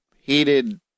heated